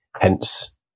Hence